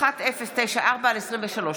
פ/1094/23.